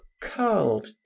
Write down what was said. curled